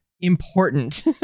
important